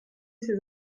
ces